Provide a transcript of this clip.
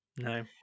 no